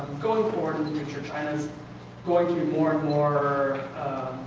going forward in the future, china's going to be more and more